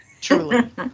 Truly